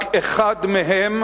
רק אחד מהם